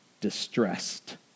distressed